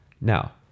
Now